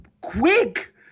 quick